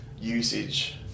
usage